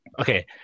Okay